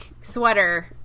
sweater